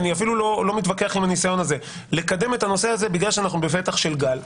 איני מתווכח איתו - לקדם את הנושא הזה כי אנו בפתח של גל.